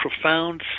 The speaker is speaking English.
profound